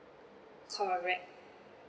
correct